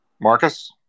Marcus